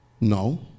No